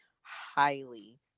highly